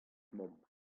emaomp